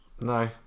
no